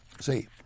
see